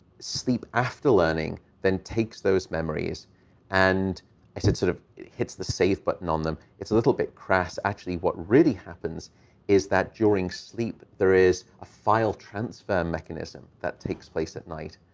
sleep after learning then takes those memories and it sort of it hits the save button on them. it's a little bit crass. actually, what really happens is that during sleep, there is a file transfer mechanism that takes place at night,